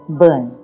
burn